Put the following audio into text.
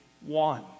one